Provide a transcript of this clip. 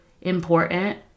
important